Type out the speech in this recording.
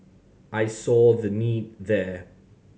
I saw the need there